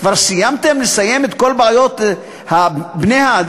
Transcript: כבר סיימתם את כל בעיות בני-האדם?